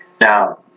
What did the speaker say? Now